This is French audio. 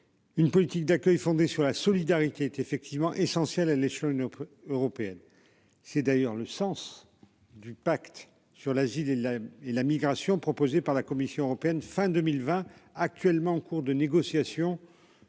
Une politique d'accueil fondé sur la solidarité est effectivement essentiel à l'échelon une européenne. C'est d'ailleurs le sens du pacte sur l'asile et la et la migration proposé par la Commission européenne. Fin 2020, actuellement en cours de négociation.